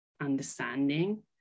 understanding